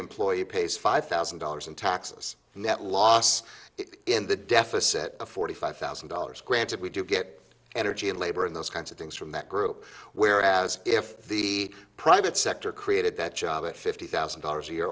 employee pays five thousand dollars in taxes and net loss in the deficit forty five thousand dollars granted we do get energy and labor and those kinds of things from that group whereas if the private sector created that job at fifty thousand dollars a year